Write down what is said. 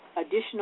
additional